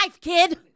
kid